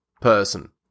person